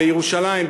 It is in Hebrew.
בירושלים,